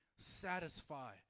satisfy